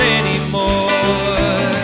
anymore